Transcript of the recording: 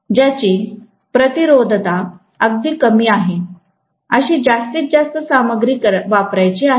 ज्याची प्रतिरोधकता अगदी कमी आहेअशी जास्तीत जास्त सामग्री वापरायची आहे